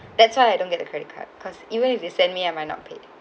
that's why I don't get the credit card because even if they send me I might not pay